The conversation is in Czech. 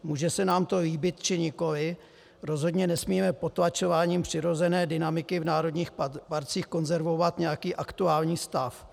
Může se nám to líbit, či nikoliv, rozhodně nesmíme potlačováním přirozené dynamiky v národních parcích konzervovat nějaký aktuální stav.